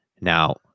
Now